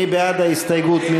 מי בעד ההסתייגות?